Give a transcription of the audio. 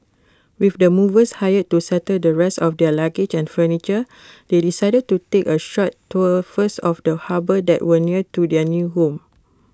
with the movers hired to settle the rest of their luggage and furniture they decided to take A short tour first of the harbour that was near to their new home